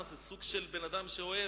זה סוג של בן-אדם אוהב,